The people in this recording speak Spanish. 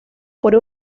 por